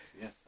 yes